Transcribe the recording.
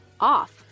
off